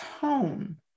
tone